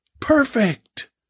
Perfect